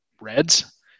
Reds